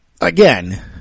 again